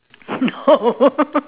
oh